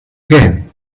again